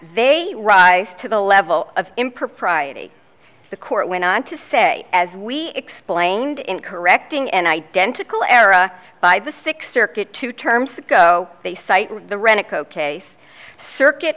they rise to the level of impropriety the court went on to say as we explained in correcting an identical era by the six circuit two terms that go they cite the renick ok so circuit